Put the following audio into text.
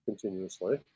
continuously